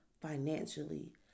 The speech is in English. financially